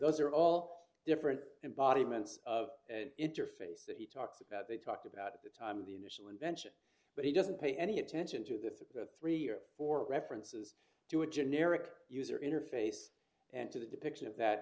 those are all different embodiments of an interface that he talks about they talked about at the time of the initial invention but he doesn't pay any attention to the three or four references to a generic user interface and to the depiction of that